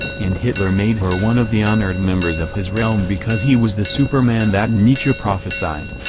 and hitler made her one of the honored members of his realm because he was the superman that nietzsche prophesied.